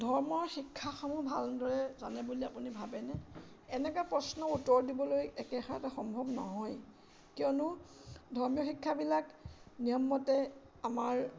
ধৰ্মৰ শিক্ষাসমূহ ভালদৰে জানে বুলি আপুনি ভাবে নে এনেকুৱা প্ৰশ্ন উত্তৰ দিবলৈ একেষাৰতে সম্ভৱ নহয় কিয়নো ধৰ্মীয় শিক্ষাবিলাক নিয়মমতে আমাৰ